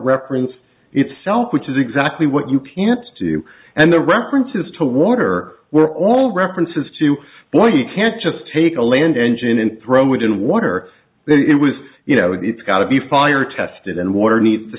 reference itself which is exactly what you can't do and the references to water were all references to why you can't just take a land engine and throw it in water then it was you know it's got to be fire tested and water needs to